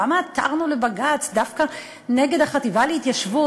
למה עתרנו לבג"ץ דווקא נגד החטיבה להתיישבות?